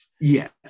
Yes